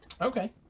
Okay